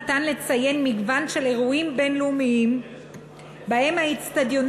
ניתן לציין מגוון של אירועים בין-לאומיים שבהם האיצטדיונים